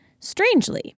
Strangely